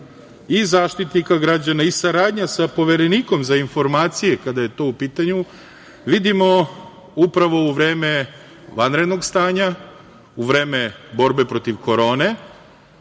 i Zaštitnika građana i saradnja sa Poverenikom za informacije, kada je to u pitanju vidimo upravo u vreme vanrednog stanja, u vreme borbe protiv korone,